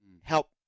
help